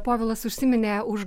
povilas užsiminė už